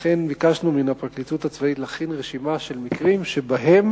לכן ביקשנו מן הפרקליטות הצבאית להכין רשימה של מקרים שבהם